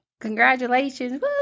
congratulations